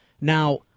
Now